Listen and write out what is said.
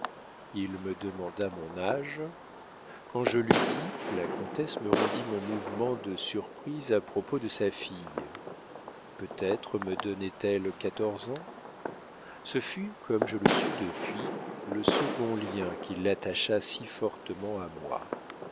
il me demanda mon âge quand je l'eus dit la comtesse me rendit mon mouvement de surprise à propos de sa fille peut-être me donnait-elle quatorze ans ce fut comme je le sus depuis le second lien qui l'attacha si fortement à moi